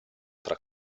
tra